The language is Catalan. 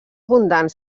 abundant